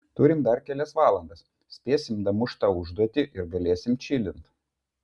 turim dar kelias valandas spėsim damušt tą užduotį ir galėsim čilint